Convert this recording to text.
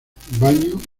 baño